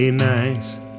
Nice